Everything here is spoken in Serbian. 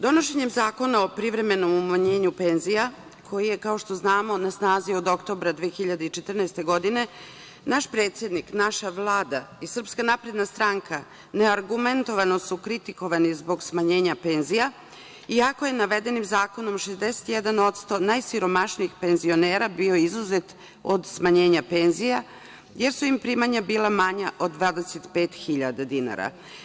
Donošenjem Zakona o privremenom umanjenju penzija, koji je kao što znamo na snazi od oktobra 2014. godine, naš predsednik, naša Vlada i SNS neargumentovano su kritikovani zbog smanjenja penzija, iako je navedenim zakonom 61% najsiromašnijih penzionera bio izuzet od smanjenja penzija, jer su im primanja bila manja od 25.000 dinara.